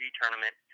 tournament